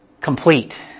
complete